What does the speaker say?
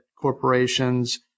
corporations